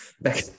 back